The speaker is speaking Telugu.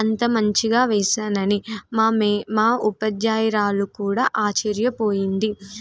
అంత మంచిగా వేేశానని మా మే మా ఉపాధ్యాయురాలు కూడా ఆశ్చర్యపోయింది